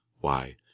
Why